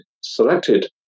selected